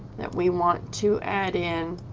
that we want to add in.